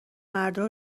مردا